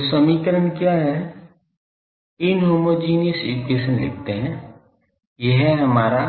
तो समीकरण क्या है इनहोमोजेनियस एक्वेशन लिखते हैं यह हमारा